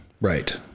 Right